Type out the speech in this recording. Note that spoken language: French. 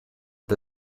the